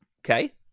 Okay